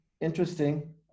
interesting